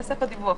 זה סף הדיווח.